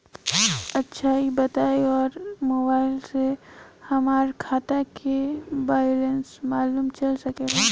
अच्छा ई बताईं और मोबाइल से हमार खाता के बइलेंस मालूम चल सकेला?